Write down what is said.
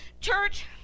Church